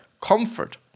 comfort